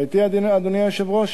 אתה אתי, אדוני היושב-ראש?